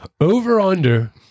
Over-under